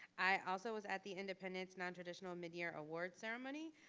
i also was at the independence nontraditional midyear award ceremony.